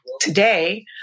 Today